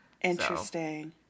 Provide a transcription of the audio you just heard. Interesting